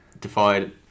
defied